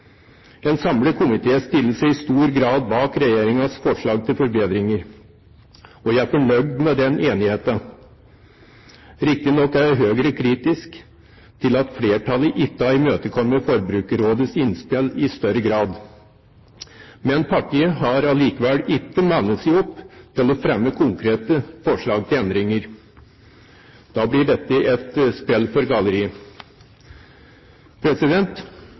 En samlet komité stiller seg i stor grad bak regjeringens forslag til forbedringer. Jeg er fornøyd med den enigheten. Riktignok er Høyre kritisk til at flertallet ikke har imøtekommet Forbrukerrådets innspill i større grad, men partiet har allikevel ikke mannet seg opp til å fremme konkrete forslag til endringer. Da blir dette et spill for